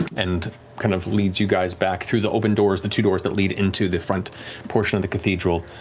and kind of leads you guys back through the open doors, the two doors that lead into the front portion of the cathedral.